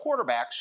quarterbacks